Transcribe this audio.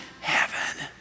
heaven